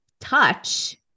touch